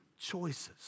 choices